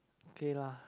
okay lah